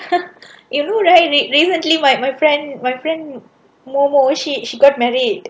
eh you know right re~ re~ recently my my friend my friend momo she she got married